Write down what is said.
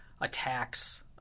attacks